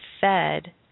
fed